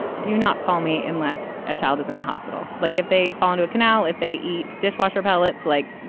do you not call me unless a child is in the hospital? like if they found a canal. if they eat dishwasher ballots, like,